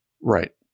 Right